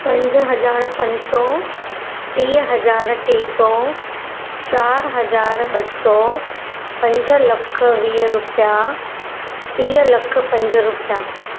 पंज हज़ार पंज सौ टीह हज़ार टे सौ चारि हज़ार ॿ सौ पंज लख वीह रुपिया टीह लख पंज रुपिया